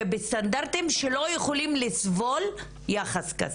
ובסטנדרטים שלא יכולים לסבול יחס כזה.